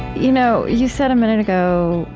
you know you said a minute ago,